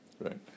right